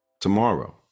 tomorrow